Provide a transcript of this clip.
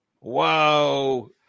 Whoa